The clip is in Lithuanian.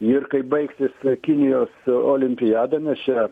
ir kai baigsis kinijos olimpiada nes čia